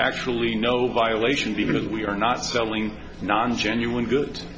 actually no violation even in we are not selling non genuine good